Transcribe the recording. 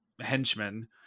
henchmen